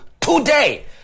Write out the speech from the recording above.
today